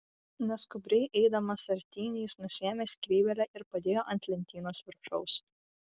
neskubriai eidamas artyn jis nusiėmė skrybėlę ir padėjo ant lentynos viršaus